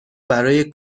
برای